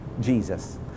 Jesus